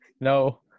No